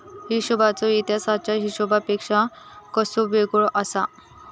हिशोबाचो इतिहास आजच्या हिशेबापेक्षा कसो वेगळो आसा?